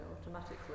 Automatically